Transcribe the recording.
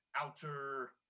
outer